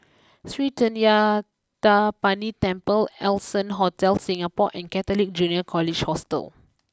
Sri Thendayuthapani Temple Allson Hotel Singapore and Catholic Junior College Hostel